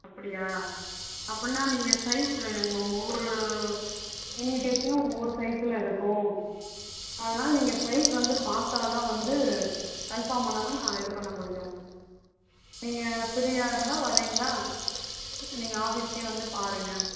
அப்படியா அப்பட்ன்னா நீங்கள் சைஸு வேணுங்க மேம் ஒவ்வொரு இன்விடேஷனும் ஒவ்வொரு சைஸில் இருக்கும் அதனால் நீங்கள் சைஸ் வந்து பார்த்தா தான் வந்து கன்ஃபார்ம் ஆனால்தான் நான் இது பண்ண முடியும் நீங்கள் ஃப்ரீயாயிருந்தால் வரீங்களா நீங்கள் ஆஃபீஸ்க்கே வந்து பாருங்கள்